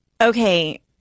Okay